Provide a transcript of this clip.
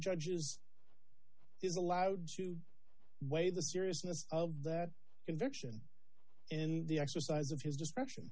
judges is allowed to weigh the seriousness of that conviction and the exercise of his discretion